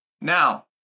Now